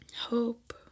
hope